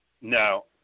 No